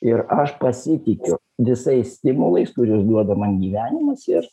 ir aš pasitikiu visais stimulais kuriuos duoda man gyvenimas ir